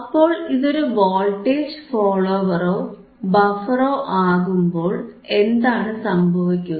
അപ്പോൾ ഇതൊരു വോൾട്ടേജ് ഫോളോവറോ ബഫറോ ആകുമ്പോൾ എന്താണ് സംഭവിക്കുക